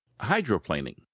Hydroplaning